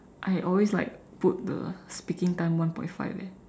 I always like put the speaking time one point five eh